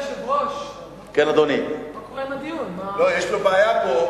יש לו בעיה.